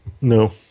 No